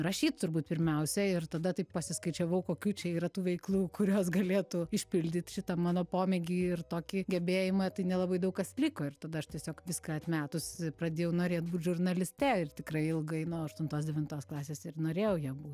rašyt turbūt pirmiausia ir tada taip pasiskaičiavau kokių čia yra tų veiklų kurios galėtų išpildyt šitą mano pomėgį ir tokį gebėjimą tai nelabai daug kas liko ir tada aš tiesiog viską atmetus pradėjau norėt būt žurnaliste ir tikrai ilgai nuo aštuntos devintos klasės ir norėjau ja būt